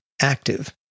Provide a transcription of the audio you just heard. active